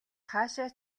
хаашаа